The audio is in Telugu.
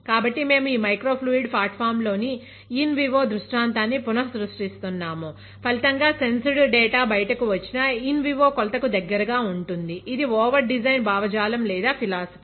కాబట్టి మేము ఈ మైక్రో ఫ్లూయిడ్ ఫ్లాట్ ఫామ్ లోని ఇన్ వివో దృష్టాంతాన్ని పునః సృష్టిస్తున్నాము ఫలితంగా సెన్సుడ్ డేటా బయటకు వచ్చినా ఇన్ వివో కొలత కు దగ్గరగా ఉంటుంది ఇది ఓవర్ డిజైన్ భావజాలం లేదా ఫిలాసఫీ